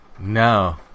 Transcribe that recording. No